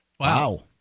Wow